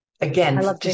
Again